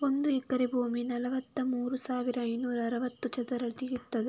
ಒಂದು ಎಕರೆ ಭೂಮಿ ನಲವತ್ತಮೂರು ಸಾವಿರದ ಐನೂರ ಅರವತ್ತು ಚದರ ಅಡಿ ಇರ್ತದೆ